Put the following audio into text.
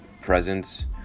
presence